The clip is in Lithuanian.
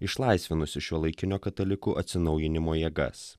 išlaisvinusį šiuolaikinio katalikų atsinaujinimo jėgas